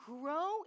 grow